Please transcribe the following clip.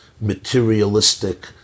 materialistic